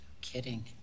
kidding